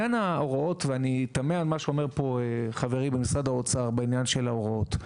אני תמה על מה שאמור פה חברי ממשרד האוצר בעניין ההוראות.